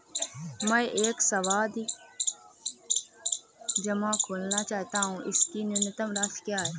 मैं एक सावधि जमा खोलना चाहता हूं इसकी न्यूनतम राशि क्या है?